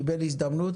קיבל הזדמנות,